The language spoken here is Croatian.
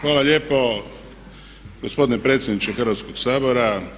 Hvala lijepo gospodine predsjedniče Hrvatskog sabora.